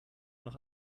noch